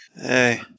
Hey